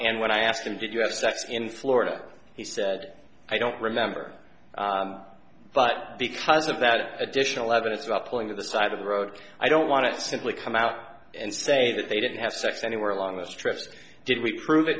and when i asked him did you have sex in florida he said i don't remember but because of that additional evidence about pulling the side of the road i don't want to simply come out and say that they didn't have sex anywhere along the strip did we prove